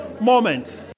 moment